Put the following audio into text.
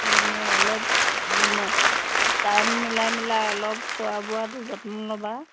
মানে অলপ টাইম মিলাই মিলাই অলপ খোৱা বোৱাটো যত্ন ল'বা